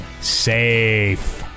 safe